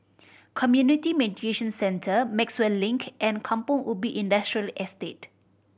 Community Mediation Centre Maxwell Link and Kampong Ubi Industrial Estate